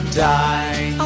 die